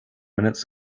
minutes